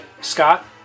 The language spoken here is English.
Scott